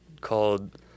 called